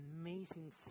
amazing